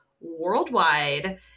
worldwide